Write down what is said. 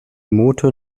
motor